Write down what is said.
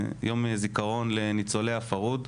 יום זיכרון לניצולי הפרהוד,